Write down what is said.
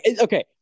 Okay